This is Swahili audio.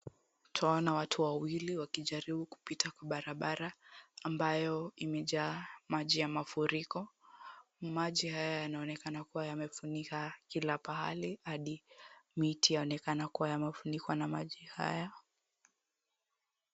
Twaona watu wawili wakijaribu kupita kwa barabara ambayo imejaa maji ya mafuriko. Maji haya yanaonekana kuwa yamefunika kila pahali hadi miti yaonekana kuwa yamefunikwa na maji haya.